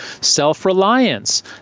Self-reliance